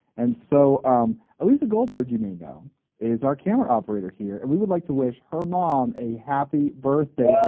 and so, at um elysa goldberg you may know is our camera operator here and we would like to wish her mom a happy birthday.